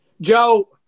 Joe